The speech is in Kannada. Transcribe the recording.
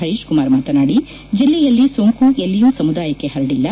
ಹರೀಶಕುಮಾರ್ ಮಾತನಾದಿ ಜಿಲ್ಲೆಯಲ್ಲಿ ಸೊಂಕು ಎಲ್ಲಿಯೂ ಸಮುದಾಯಕ್ಕೆ ಹರಡಿಲ್ಲ